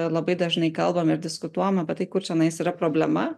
labai dažnai kalbam ir diskutuojam apie tai kur čianais yra problema